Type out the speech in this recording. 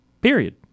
Period